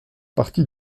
partie